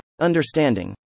Understanding